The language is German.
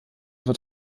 wird